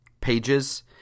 Pages